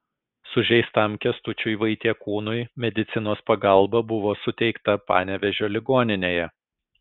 sužeistam kęstučiui vaitiekūnui medicinos pagalba buvo suteikta panevėžio ligoninėje